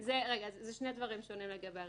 אלה שני דברים שונים לגבי הריביות.